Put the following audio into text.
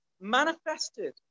manifested